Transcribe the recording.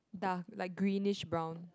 dark like greenish brown